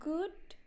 Good